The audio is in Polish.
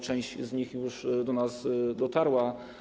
Część z nich już do nas dotarła.